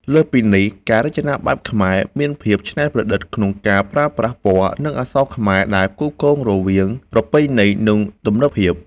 លើសពីនេះ ការរចនាបែបខ្មែរមានភាពច្នៃប្រឌិតក្នុងការប្រើប្រាស់ពណ៌ និងអក្សរខ្មែរ ដែលផ្គូផ្គងរវាងប្រពៃណី និងទំនើបភាព។